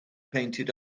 painted